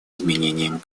изменением